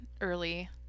early